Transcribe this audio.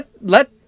Let